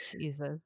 Jesus